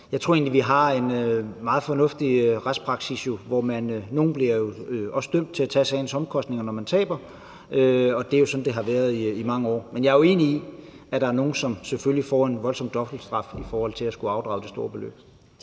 jeg tror egentlig, at vi har en meget fornuftig retspraksis, hvor nogle bliver dømt til at tage sagens omkostninger, når de taber, og det er sådan, det har været i mange år. Men jeg er enig i, at der selvfølgelig er nogle, som får en voldsom dobbeltstraf i forhold til at skulle afdrage det store beløb.